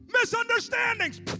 Misunderstandings